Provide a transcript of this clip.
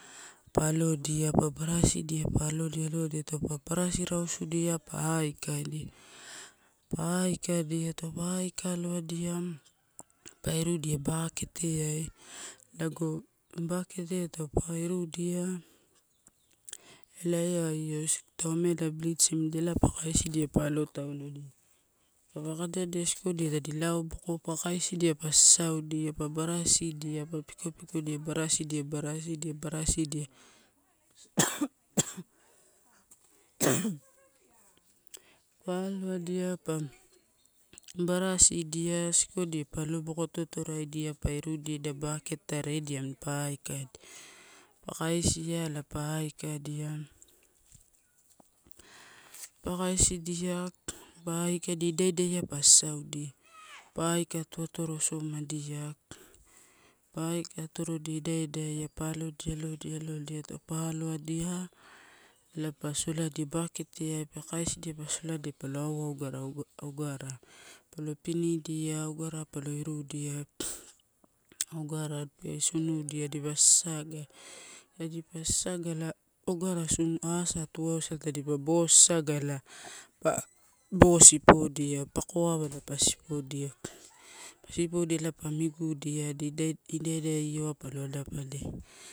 Pa alodia pa barasidia, pa alodia taup a barasi rausudia, pa aikadia. Pa aikadia, taupe aikaloadia, pa irudia bak et eai lago baketeai taupe irudia, elai eeia io taupe amela blitsimdia ela pa kaisidia pa alo tau lo dia. Taupa kadadia sikodia tadi auboko pa kaisidia pa sasaundia, pa barasidia, parasidia, barasidia pa aloadia, pa barasidia skikodia a aloboko ato atoradia, pa irudia idai baketeai redi amini pa aikadia, pa kaisiala pa aikadia. Pa kaisidia, pa aikadia idai, idaia pa sasoudia, pa aika ato atorosomdia, pa aika atorodia, idai idai. Pa alodia, alodi, taupe aloadia ela pa soladia baketeai pa kaisidia pa soladia palo au garadia ogarai, pa lo pinidia, ogarais palo irudia ogara pe sunudia de pa sasaga. Tadipa sasaga ela ogara sunu asa tuawaisala tadipa o sasaga elae pa bo sipodia, pakoawala pa sipdia. Pa sipodia ela pa migudia adi idai, idai ioai palo adapadia.